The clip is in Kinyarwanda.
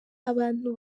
abantu